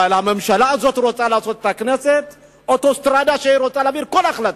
אבל הממשלה הזאת רוצה לעשות את הכנסת אוטוסטרדה ולהעביר כל החלטה.